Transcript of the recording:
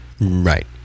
right